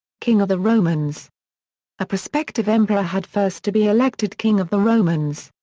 king of the romans a prospective emperor had first to be elected king of the romans.